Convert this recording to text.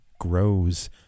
Grows